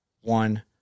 one